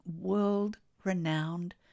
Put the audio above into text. world-renowned